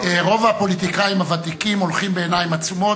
רוב הפוליטיקאים הוותיקים הולכים בעיניים עצומות,